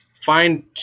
find